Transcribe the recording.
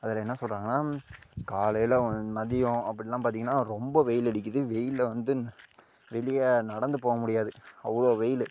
அதில் என்ன சொல்கிறாங்கன்னா காலையில் மதியம் அப்படிலாம் பார்த்திங்கன்னா ரொம்ப வெயில் அடிக்குது வெயிலில் வந்து வெளிய நடந்து போக முடியாது அவ்வளோ வெயில்